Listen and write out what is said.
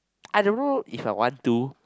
I don't know If I want to